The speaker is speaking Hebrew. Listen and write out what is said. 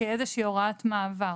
כאיזושהי הוראת מעבר.